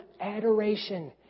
adoration